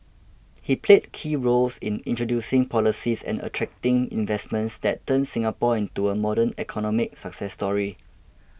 he played key roles in introducing policies and attracting investments that turned Singapore into a modern economic success story